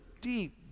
deep